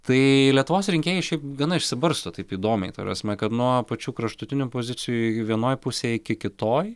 tai lietuvos rinkėjai šiaip gana išsibarsto taip įdomiai ta prasme kad nuo pačių kraštutinių pozicijų i vienoj pusėj iki kitoj